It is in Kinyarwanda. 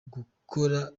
gukora